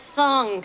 song